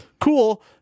cool